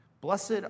Blessed